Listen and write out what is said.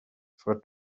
for